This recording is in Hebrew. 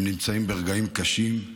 הם נמצאים ברגעים קשים,